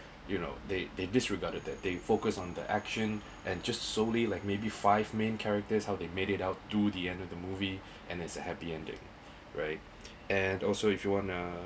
you know they they disregarded that they focus on the action and just solely like maybe five main characters how they made it out to the end of the movie and it's a happy ending right and also if you want uh